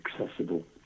accessible